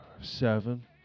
Seven